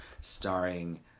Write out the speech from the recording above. starring